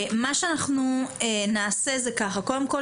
מה שאנחנו נעשה זה ככה: קודם כל,